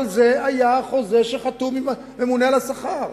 אבל זה היה החוזה שהיה חתום עם הממונה על השכר.